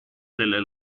delle